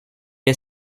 est